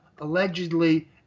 allegedly